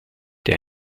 der